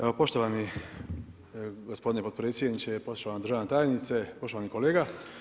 Evo poštovani gospodine potpredsjedniče, poštovana državna tajnice, poštovani kolega.